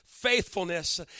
faithfulness